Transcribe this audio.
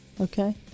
Okay